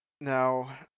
Now